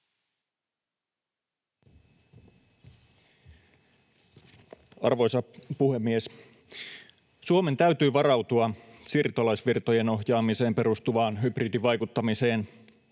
Välikysymys Suomen varautumisesta siirtolaisvirtojen ohjaamiseen perustuvaan hybridivaikuttamiseen